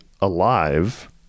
Alive